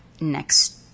next